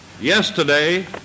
Yesterday